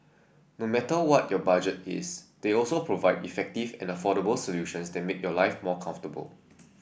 no matter what your budget is they also provide effective and affordable solutions that make your life more comfortable